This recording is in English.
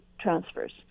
transfers